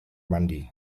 mandi